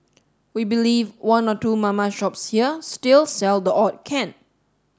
we believe one or two mama shops here still sell the odd can